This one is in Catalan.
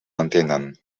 entenen